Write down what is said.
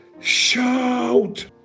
shout